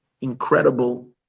incredible